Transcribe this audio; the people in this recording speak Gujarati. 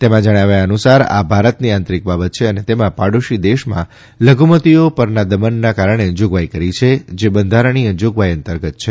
તેમાં જણાવ્યા અનુસાર આ ભારતની આંતરિક બાબત છે અને તેમાં પડોશી દેશમાં લધુમતિઓ પરના દમનના કારણે જોગવાઇ કરી છે જે બંધારણીય જોગવાઇ અંતર્ગત છે